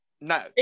No